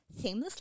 Seamlessly